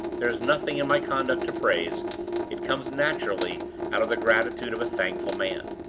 there is nothing in my conduct to praise it comes naturally out of the gratitude of a thankful man.